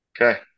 Okay